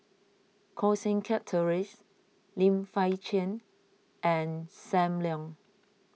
Koh Seng Kiat Terence Lim Fei Shen and Sam Leong